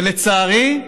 לצערי,